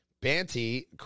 Banty